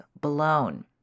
blown